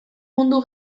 mundu